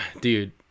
Dude